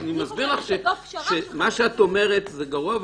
אני מסביר לך שמה שאת אומרת זה גרוע,